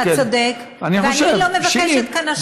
אתה צודק, ואני לא מבקשת כאן השקעה.